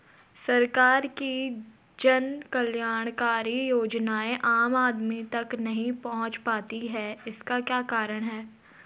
सरकार की जन कल्याणकारी योजनाएँ आम आदमी तक नहीं पहुंच पाती हैं इसका क्या कारण है?